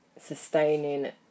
sustaining